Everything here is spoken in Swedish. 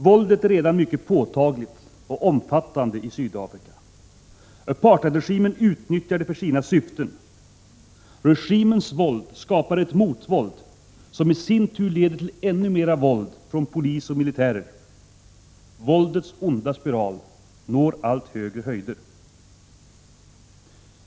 Våldet är redan mycket påtagligt och omfattande i Sydafrika. Apartheidregimen utnyttjar det för sina syften. Regimens våld skapar ett motvåld, som i sin tur leder till ännu mera våld från polis och militärer. Våldets onda spiral når allt högre höjder.